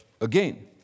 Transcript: again